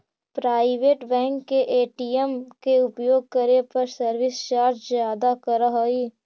private bank के ATM के उपयोग करे पर सर्विस चार्ज ज्यादा करऽ हइ